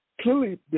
Clearly